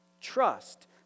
trust